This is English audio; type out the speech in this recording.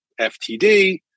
FTD